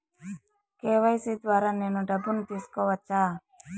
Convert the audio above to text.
KYC ద్వారా నేను డబ్బును తీసుకోవచ్చా?